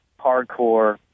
hardcore